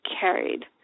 carried